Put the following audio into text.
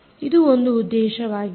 ಇದು ಒಂದು ಉದ್ದೇಶವಾಗಿದೆ